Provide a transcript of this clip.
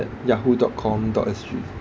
yahoo dot com dot S_G